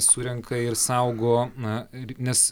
surenka ir saugo na nes